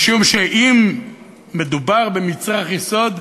משום שאם מדובר במצרך יסוד,